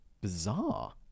bizarre